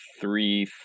three